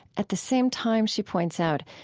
at the same time, she points out,